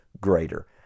greater